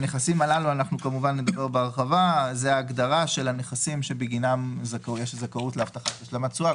זו ההגדרה של הנכסים שבגינם יש זכאות להבטחת השלמת תשואה.